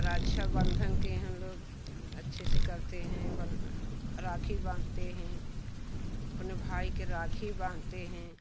रक्षाबंधन के हम लोग अच्छे से करते हैं अपन राखी बांधते हैं अपने भाई के राखी बांधते हैं